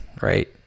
right